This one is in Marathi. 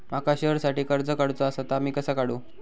माका शेअरसाठी कर्ज काढूचा असा ता मी कसा काढू?